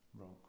wrong